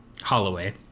Holloway